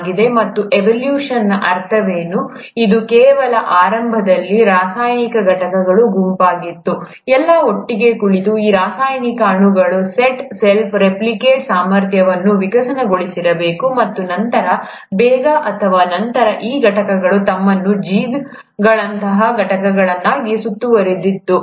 ಮತ್ತು ಎವೊಲ್ಯೂಶನ್ನ ಅರ್ಥವೇನು ಇದು ಕೇವಲ ಆರಂಭದಲ್ಲಿ ರಾಸಾಯನಿಕ ಘಟಕಗಳ ಗುಂಪಾಗಿತ್ತು ಎಲ್ಲಾ ಒಟ್ಟಿಗೆ ಕುಳಿತು ಈ ರಾಸಾಯನಿಕ ಅಣುಗಳ ಸೆಟ್ ಸೆಲ್ಫ್ ರೆಪ್ಲಿಕೇಟ್ ಸಾಮರ್ಥ್ಯವನ್ನು ವಿಕಸನಗೊಳಿಸಿರಬೇಕು ಮತ್ತು ನಂತರ ಬೇಗ ಅಥವಾ ನಂತರ ಈ ಘಟಕಗಳು ತಮ್ಮನ್ನು ಜೀವಿಗಳಂತಹ ಘಟಕಗಳಾಗಿ ಸುತ್ತುವರೆದಿರುತ್ತವೆ